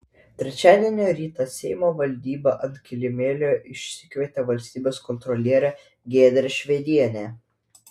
trečiadienio rytą seimo valdyba ant kilimėlio išsikvietė valstybės kontrolierę giedrę švedienę